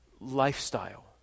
lifestyle